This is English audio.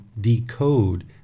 decode